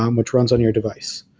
um which runs on your device.